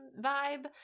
vibe